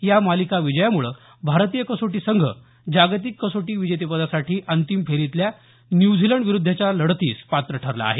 या मालिका विजयामुळे भारतीय कसोटी संघ जागतिक कसोटी विजेतेपदासाठी अंतिम फेरीतल्या न्यूझीलंडविरुद्धच्या लढतीस पात्र ठरला आहे